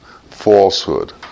falsehood